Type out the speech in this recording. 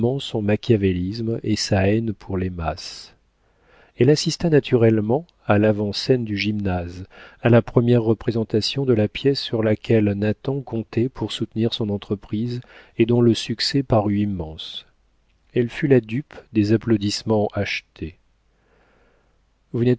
son machiavélisme et sa haine pour les masses elle assista naturellement à l'avant-scène du gymnase à la première représentation de la pièce sur laquelle nathan comptait pour soutenir son entreprise et dont le succès parut immense elle fut la dupe des applaudissements achetés